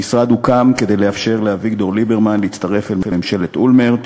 המשרד הוקם כדי לאפשר לאביגדור ליברמן להצטרף לממשלת אולמרט.